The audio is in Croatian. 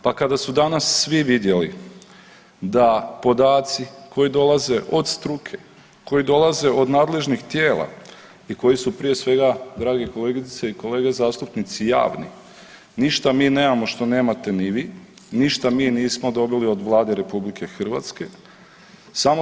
Pa kada su danas svi vidjeli da podaci koji dolaze od struke, koji dolaze od nadležnih tijela i koji su prije svega drage kolegice i kolege zastupnice javni ništa mi nemamo što nemate ni vi, ništa mi nismo dobili od Vlade Republike Hrvatske.